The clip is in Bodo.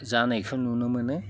जानायखौ नुनो मोनो